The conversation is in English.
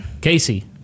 casey